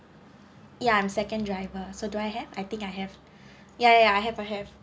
ya I'm second driver so do I have I think I have ya ya I have I have